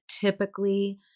typically